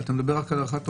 אתה מדבר רק על הארכת תוקף.